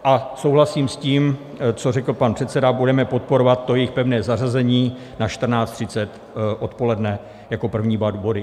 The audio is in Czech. A souhlasím s tím, co řekl pan předseda, budeme podporovat jejich pevné zařazení na 14.30 odpoledne jako první dva body.